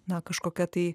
na kažkokia tai